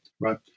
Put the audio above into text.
Right